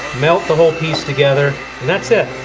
melt the whole piece together, and that's it.